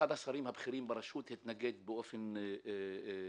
ואחד השרים הבכירים ברשות התנגד באופן מוחלט